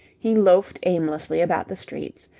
he loafed aimlessly about the streets.